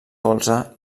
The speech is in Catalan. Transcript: colze